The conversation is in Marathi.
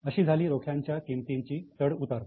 अशी झाली रोख्यांच्या किमतींची चढ उतार